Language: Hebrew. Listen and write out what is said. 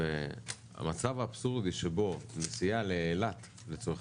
והמצב האבסורדי שבו נסיעה לאילת לצורך